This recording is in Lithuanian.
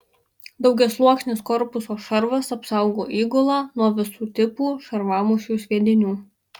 daugiasluoksnis korpuso šarvas apsaugo įgulą nuo visų tipų šarvamušių sviedinių